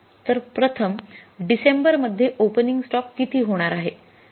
तर प्रथम डिसेंबर मध्ये ओपनिंग स्टॉक किती होणार आहे